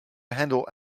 handle